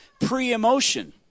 Pre-emotion